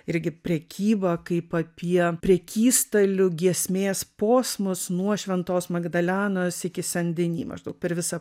irgi prekybą kaip apie prekystalių giesmės posmus nuo šventos magdalenos iki san deni maždaug per visą